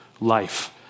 life